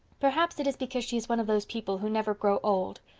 perhaps it is because she is one of those people who never grow old.